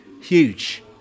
huge